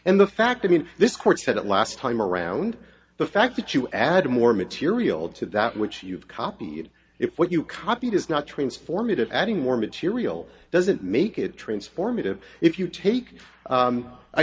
and the fact i mean this court said it last time around the fact that you add more material to that which you've copied if what you copied is not transformative adding more material doesn't make it transformative if you take